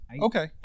okay